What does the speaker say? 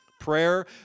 Prayer